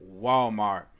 Walmart